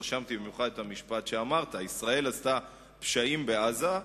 רשמתי במיוחד את המשפט שאמרת: ישראל עשתה פשעים בעזה,